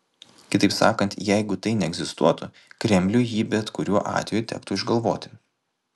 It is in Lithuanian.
kitaip sakant jeigu tai neegzistuotų kremliui jį bet kurio atveju tektų išgalvoti